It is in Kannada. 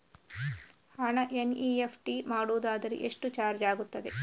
ಹಣ ಎನ್.ಇ.ಎಫ್.ಟಿ ಮಾಡುವುದಾದರೆ ಎಷ್ಟು ಚಾರ್ಜ್ ಆಗುತ್ತದೆ?